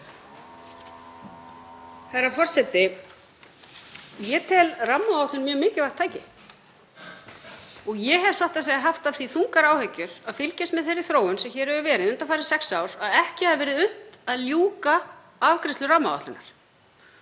Herra forseti. Ég tel rammaáætlun mjög mikilvægt tæki og ég hef satt að segja haft af því þungar áhyggjur að fylgjast með þeirri þróun sem hér hefur verið undanfarin sex ár, að ekki hafi verið unnt að ljúka afgreiðslu rammaáætlunar.